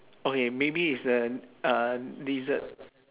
okay maybe is a uh dessert